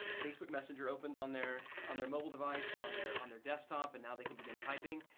facebook messenger opens on their on their mobile device or on their on their desktop and now they can begin typing,